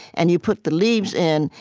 and you put the leaves in,